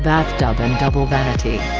bathtub and double vanity.